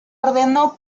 ordenó